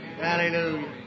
Hallelujah